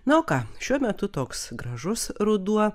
na o ką šiuo metu toks gražus ruduo